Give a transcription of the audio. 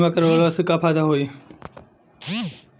बीमा करवला से का फायदा होयी?